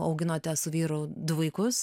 auginote su vyru du vaikus